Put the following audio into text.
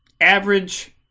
average